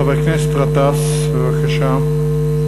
חבר הכנסת גטאס, בבקשה.